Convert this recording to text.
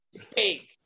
fake